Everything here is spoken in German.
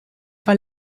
weil